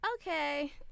okay